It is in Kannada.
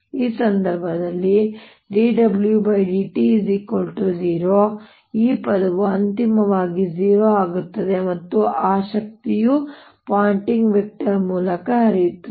ಈ ಸಂದರ್ಭದಲ್ಲಿ dWdt 0 ಆಗಿದೆ ಈ ಪದವು ಅಂತಿಮವಾಗಿ 0 ಆಗುತ್ತದೆ ಮತ್ತು ಆ ಶಕ್ತಿಯು ಪಾಯಿಂಟಿಂಗ್ ವೆಕ್ಟರ್ ಮೂಲಕ ಹರಿಯುತ್ತದೆ